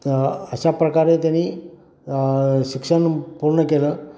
तर अशा प्रकारे त्यांनी शिक्षण पूर्ण केलं